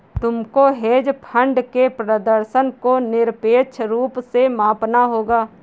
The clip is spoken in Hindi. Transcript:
तुमको हेज फंड के प्रदर्शन को निरपेक्ष रूप से मापना होगा